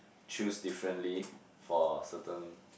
choose differently for certain